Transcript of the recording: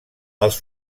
els